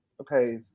okay